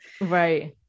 Right